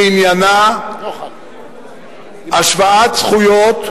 שעניינה: השוואת זכויות,